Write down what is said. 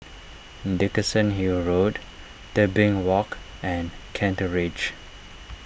Dickenson Hill Road Tebing Walk and Kent Ridge